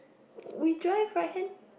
we drive right hand